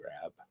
grab